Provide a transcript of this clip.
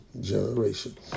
generation